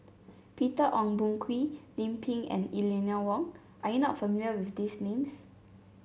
Peter Ong Boon Kwee Lim Pin and Eleanor Wong are you not familiar with these names